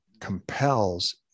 compels